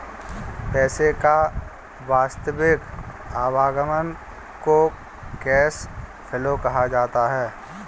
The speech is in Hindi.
पैसे का वास्तविक आवागमन को कैश फ्लो कहा जाता है